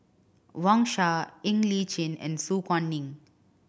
Wang Sha Ng Li Chin and Su Guaning